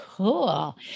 Cool